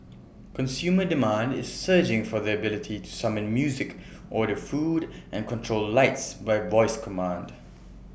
consumer demand is surging for the ability to summon music order food and control lights by voice commands